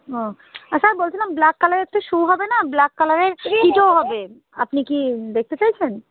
ও sir বলছিলাম black কালারের একটু শ্যু হবে না ব্ল্যাক কালারের হবে আপনি কি দেখতে চাইছেন